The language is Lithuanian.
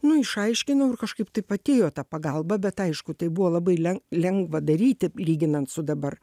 nu išaiškinau ir kažkaip taip atėjo ta pagalba bet aišku tai buvo labai len lengva daryti lyginant su dabar